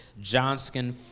Johnskin